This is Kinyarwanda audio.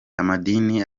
amadini